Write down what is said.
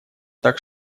так